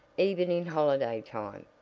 even in holiday time.